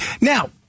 now